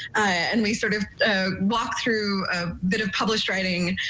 and we sort of ah walk through a bit of published writing,